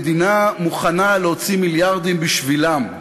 המדינה מוכנה להוציא מיליארדים בשבילם,